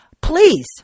please